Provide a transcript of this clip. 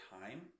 time